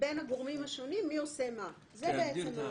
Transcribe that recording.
בין הגורמים השונים מי עושה מה, זה הנושא.